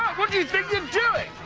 what do you think you are doing.